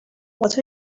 what